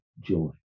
joy